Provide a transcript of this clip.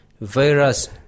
virus